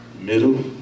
middle